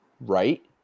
right